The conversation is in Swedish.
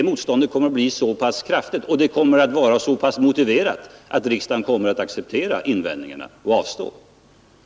Motståndet kommer att bli så kraftigt, och det kommer att vara så starkt motiverat att riksdagen kommer att acceptera invändningarna.